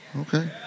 Okay